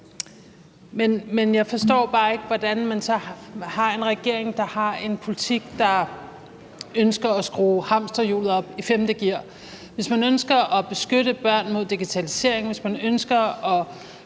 Men jeg forstår bare ikke, hvorfor man så har en regering, der har en politik, der ønsker at skrue hamsterhjulet op i femte gear. Hvis man ønsker at beskytte børn mod digitaliseringen, og hvis man ønsker at